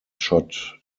shot